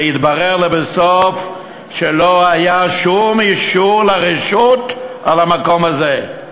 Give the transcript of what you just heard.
והתברר לבסוף שלא היה שום אישור לרשות במקום הזה,